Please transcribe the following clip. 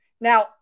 Now